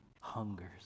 hungers